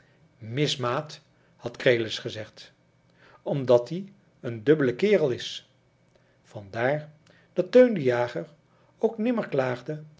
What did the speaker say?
mis maat had krelis gezeid omdat ie een dubbelde kerel is vandaar dat teun de jager ook nimmer